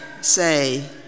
say